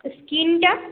স্ক্রিনটা